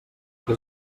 que